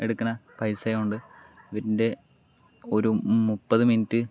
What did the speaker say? എടുക്കണ പൈസ ആയതുകൊണ്ട് ഇതിൻ്റെ ഒരു മുപ്പത് മിനിറ്റ്